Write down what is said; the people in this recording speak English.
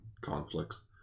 conflicts